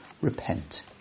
Repent